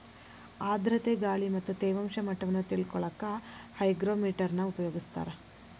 ಆರ್ಧ್ರತೆ ಗಾಳಿ ಮತ್ತ ತೇವಾಂಶ ಮಟ್ಟವನ್ನ ತಿಳಿಕೊಳ್ಳಕ್ಕ ಹೈಗ್ರೋಮೇಟರ್ ನ ಉಪಯೋಗಿಸ್ತಾರ